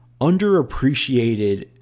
underappreciated